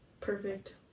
Perfect